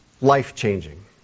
Life-changing